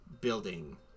building